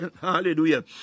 Hallelujah